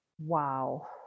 Wow